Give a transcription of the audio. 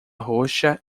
roxa